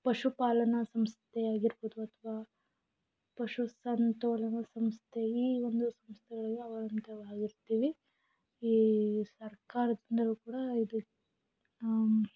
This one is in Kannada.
ಪಶುಪಾಲನ ಸಂಸ್ಥೆಯಾಗಿರ್ಬೋದು ಅಥವಾ ಪಶು ಸಮತೋಲನ ಸಂಸ್ಥೆ ಈ ಒಂದು ಸಂಸ್ಥೆಗಳಿಗೆ ಅವಲಂಬಿತವಾಗಿರ್ತೀವಿ ಈ ಸರ್ಕಾರದ ಮೇಲೂ ಕೂಡ ಇದು